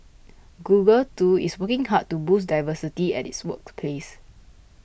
Google too is working hard to boost diversity at its workplace